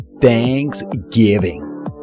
Thanksgiving